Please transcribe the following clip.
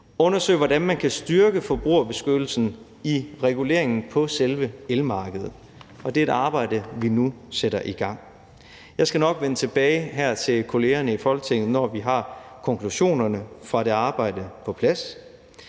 undersøge, hvordan man kan styrke forbrugerbeskyttelsen i reguleringen på selve elmarkedet, og det er et arbejde, vi nu sætter i gang. Jeg skal nok vende tilbage til kollegerne her i Folketinget, når vi har konklusionerne fra det arbejde på plads.